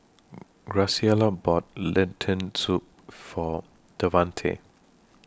Graciela bought Lentil Soup For Davante